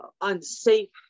unsafe